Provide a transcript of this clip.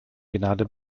gnade